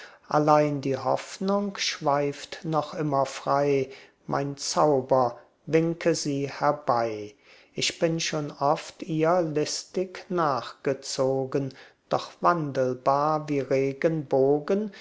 allein die hoffnung schweift noch immer frei mein zauber winke sie herbei ich bin schon oft ihr listig nachgezogen doch wandelbar wie regenbogen